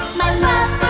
my love